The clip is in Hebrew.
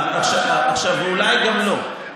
אולי גם לא,